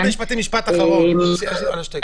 תודה.